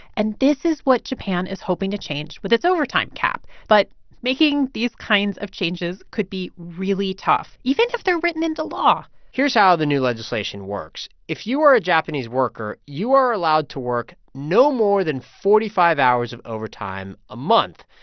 and this is what japan is hoping to change with its overtime cap. but making these kinds of changes could be really tough, even if they're written into law here's how the new legislation works. if you are a japanese worker, you are allowed to work no more than forty five hours of overtime a month.